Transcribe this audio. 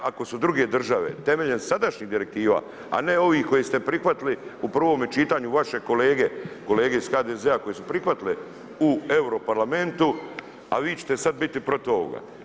Ako su druge države temeljem sadašnjih direktiva, a ne ovih koje ste prihvatili u prvome čitanju, vaše kolege, kolege iz HDZ-a koji su prihvatile u Europarlamentu, a vi ćete sad biti protiv ovoga.